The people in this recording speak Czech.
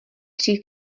při